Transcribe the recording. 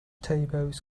tables